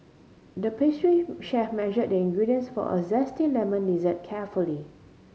the pastry chef measured the ingredients for a zesty lemon dessert carefully